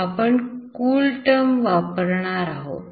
आपण CoolTerm वापरणार आहोत